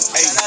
Hey